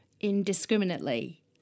indiscriminately